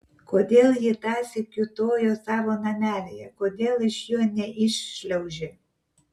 kodėl ji tąsyk kiūtojo savo namelyje kodėl iš jo neiššliaužė